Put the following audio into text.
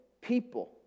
people